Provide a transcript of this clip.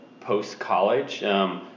post-college